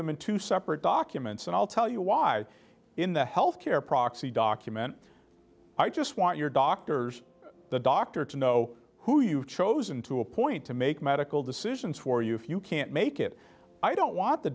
them in two separate documents and i'll tell you why in the health care proxy document i just want your doctors the doctor to know who you've chosen to appoint to make medical decisions for you if you can't make it i don't want the